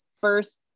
first